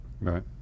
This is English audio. Right